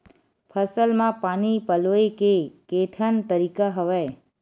फसल म पानी पलोय के केठन तरीका हवय?